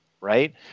right